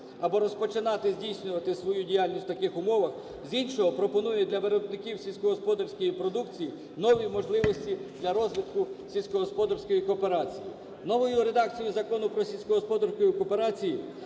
або розпочинати здійснювати свою діяльність в таких умовах, з іншого пропонують для виробників сільськогосподарської продукції нові можливості для розвитку сільськогосподарської кооперації. Новою редакцією Закону про сільськогосподарську кооперацію